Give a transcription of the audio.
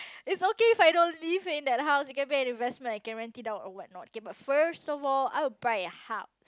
it's okay if I don't live in that house it can be an investment I can rent it out or what not okay but first of all I will buy a house